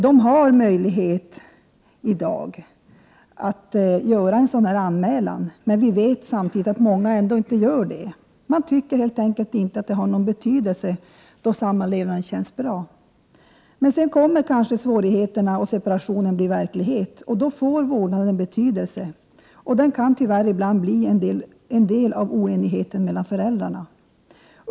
De har i dag möjlighet att göra en anmälan om gemensam vårdnad, men vi vet att många ändå inte gör det. Man tycker helt enkelt inte att det har någon betydelse, då samlevnaden känns bra. Men sedan kommer kanske svårigheterna, och separationen blir verklighet. Då får vårdnaden betydelse, och den kan tyvärr bli en del av oenigheten mellan föräldrarna.